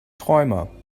träumer